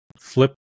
flip